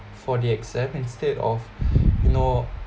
for the exam instead of you know